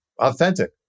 authentic